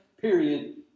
period